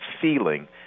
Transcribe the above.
feeling